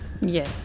Yes